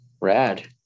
Rad